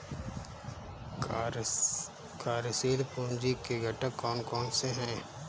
कार्यशील पूंजी के घटक कौन कौन से हैं?